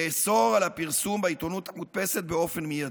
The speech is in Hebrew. לאסור את הפרסום בעיתונות המודפסת באופן מיידי.